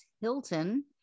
Hilton